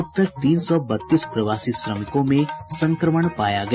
अब तक तीन सौ बत्तीस प्रवासी श्रमिकों में संक्रमण पाया गया